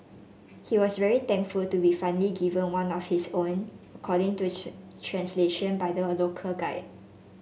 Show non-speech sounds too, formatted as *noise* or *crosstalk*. he was very thankful to be finally given one of his own according to *unintelligible* translation by the local guide